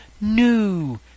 New